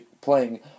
playing